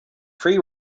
pre